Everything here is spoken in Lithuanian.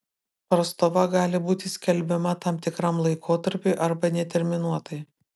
prastova gali būti skelbiama tam tikram laikotarpiui arba neterminuotai